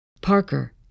Parker